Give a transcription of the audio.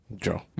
Joe